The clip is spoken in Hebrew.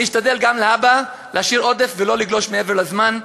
אני אשתדל גם להבא להשאיר עודף ולא לגלוש מעבר לזמן.